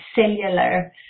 cellular